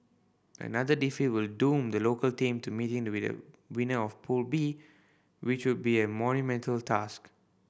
another defeat will doom the local team to meeting the winner of Pool B which would be a monumental task